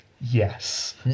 Yes